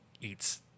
Eats